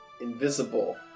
invisible